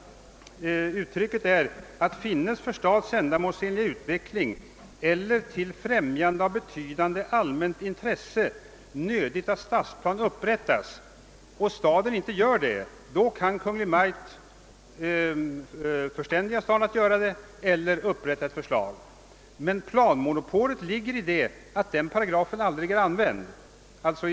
Uttrycket är: »Finnes för stads ändamålsenliga utveckling eller till främjande av betydande allmänt intresse nödigt att stadsplan upprättas ———» och staden inte gör det, kan staden av Kungl. Maj:t förständigas att göra det eller upprätta ett förslag. Men »planmonopolet» ligger i att den paragrafen aldrig kommit till användning.